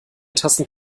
tassen